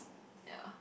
yeah